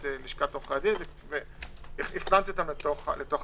לשכת עורכי הדין והפנמתי אותן לתקנות.